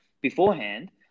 beforehand